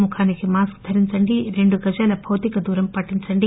ముఖానికి మాస్క్ ధరించండి రెండు గజాల భౌతిక దూరం పాటించండి